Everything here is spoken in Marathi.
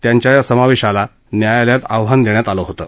त्यांच्या या समावेशाला न्यायालयात आव्हान देण्यात आलं होतं